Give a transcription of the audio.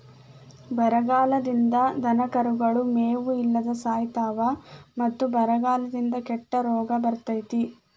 ಬರಗಾಲದಿಂದ ದನಕರುಗಳು ಮೇವು ಇಲ್ಲದ ಸಾಯಿತಾವ ಮತ್ತ ಬರಗಾಲದಿಂದ ಕೆಟ್ಟ ರೋಗ ಬರ್ತೈತಿ